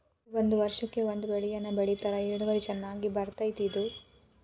ಒಂದ ವರ್ಷಕ್ಕ ಒಂದ ಬೆಳೆಯನ್ನಾ ಬೆಳಿತಾರ ಇಳುವರಿ ಚನ್ನಾಗಿ ಬರ್ತೈತಿ ಇದು